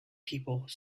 people